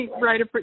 right